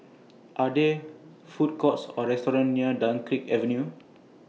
Are There Food Courts Or restaurants near Dunkirk Avenue